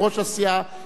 חבר הכנסת הרצוג,